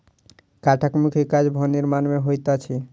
काठक मुख्य काज भवन निर्माण मे होइत अछि